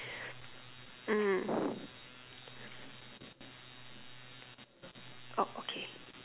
mm oh okay